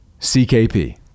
CKP